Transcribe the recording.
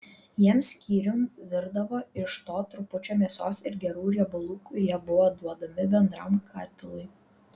jiems skyrium virdavo iš to trupučio mėsos ir gerų riebalų kurie buvo duodami bendram katilui